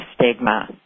stigma